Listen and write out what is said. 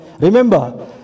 Remember